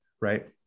right